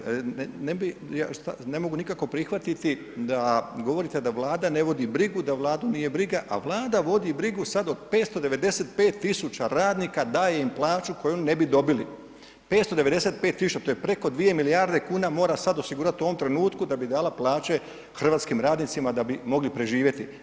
Ne bi, ne mogu nikako prihvatiti da govorite da Vlada ne vodi brigu, da Vladu nije briga, a Vlada vodi brigu sad o 595 000 radnika, daje im plaću koju oni ne bi dobili, 595 000, to je preko 2 milijarde kuna mora sad osigurat u ovom trenutku da bi dala plaće hrvatskim radnicima da bi mogli preživjeti.